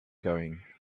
going